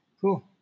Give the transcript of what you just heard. Cool